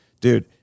dude